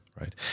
right